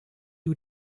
you